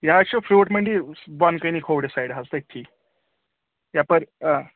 یہِ حظ چھُ فرٛوٗٹ مٔنڈی بۄنہٕ کَنی کھوورِ سایڈٕ حظ تٔتی یَپٲرۍ